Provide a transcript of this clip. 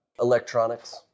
Electronics